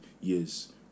years